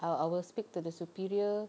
I'll I will speak to the superior